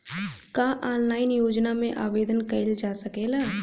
का ऑनलाइन योजना में आवेदन कईल जा सकेला?